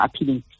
appealing